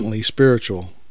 spiritual